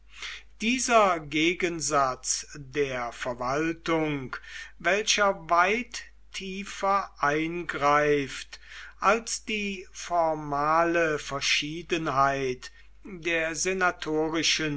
dieser gegensatz der verwaltung welcher weit tiefer eingreift als die formale verschiedenheit der